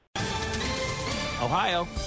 Ohio